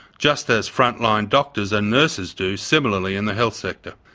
just as frontline doctors and nurses do similarly in the health sector.